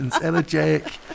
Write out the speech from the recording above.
elegiac